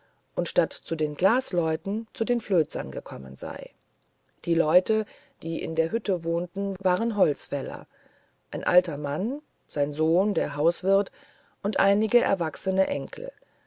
und statt zu den glasleuten zu den flözern gekommen sei die leute die in der hütte wohnten waren holzfäller ein alter mann sein sohn der hauswirt und einige erwachsene enkel